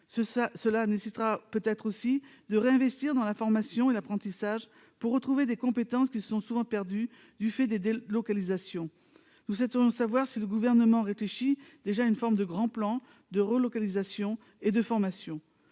mais aussi, peut-être, de réinvestir dans la formation et l'apprentissage pour retrouver des compétences qui ont souvent été perdues du fait des délocalisations. Nous souhaiterions savoir si le Gouvernement réfléchit déjà à une forme de grand plan de relocalisation et de formation.